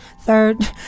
third